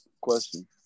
Question